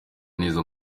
neza